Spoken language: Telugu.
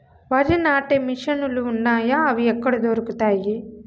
వరి నాటే మిషన్ ను లు వున్నాయా? అవి ఎక్కడ దొరుకుతాయి?